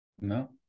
No